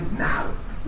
now